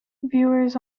viewers